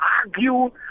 argue